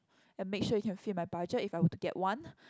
and make sure it can fit my budget if I were to get one